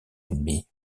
ennemis